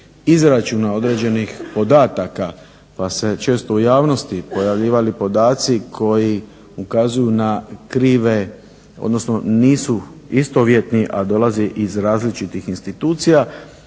izračuna određenih podataka pa su se često u javnosti pojavljivali podaci koji ukazuju na krive odnosno nisu istovjetni, a dolaze iz različitih institucija.